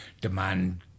demand